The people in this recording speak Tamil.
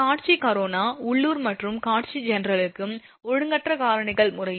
காட்சி கரோனா உள்ளூர் மற்றும் காட்சி கரோனா ஜெனரலுக்கு ஒழுங்கற்ற காரணிகள் முறையே 0